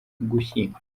ugushyingo